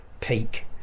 peak